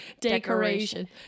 decoration